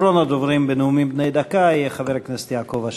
אחרון הדוברים בנאומים בני דקה יהיה חבר הכנסת יעקב אשר.